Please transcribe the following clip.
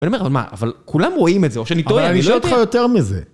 אני אומר לך, מה, אבל כולם רואים את זה, או שאני טועה, אני לא... אבל אני אשאל אותך יותר מזה.